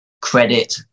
credit